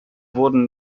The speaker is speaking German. wurden